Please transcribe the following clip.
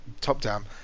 top-down